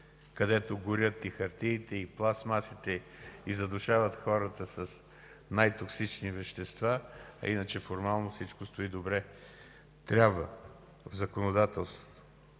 където горят и хартиите, и пластмасите, задушават хората с най-токсични вещества, а иначе формално всичко стои добре. Трябва в законодателството